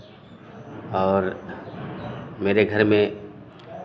और मेरे घर में